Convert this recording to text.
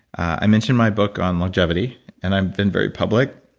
i mentioned my book on longevity and i've been very public.